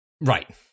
Right